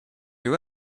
you